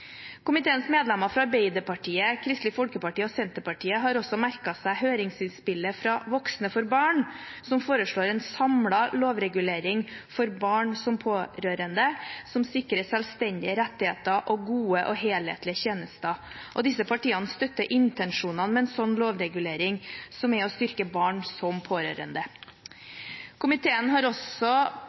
Komiteens medlemmer fra Arbeiderpartiet, Kristelig Folkeparti og Senterpartiet har også merket seg høringsutspillet fra Voksne for Barn, som foreslår en samlet lovregulering for barn som pårørende som sikrer selvstendige rettigheter og gode og helhetlige tjenester. Disse partiene støtter intensjonene med en slik lovregulering, som er å styrke barn som pårørende. Komiteen har også